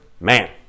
man